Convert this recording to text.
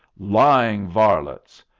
lying varlets!